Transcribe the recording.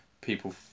people